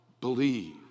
believe